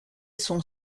son